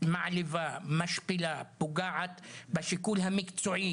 מעליבה, שמשפילה, פוגעת בשיקול המקצועי